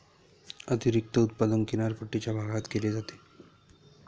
अतिरिक्त उत्पादन किनारपट्टीच्या भागात केले जाते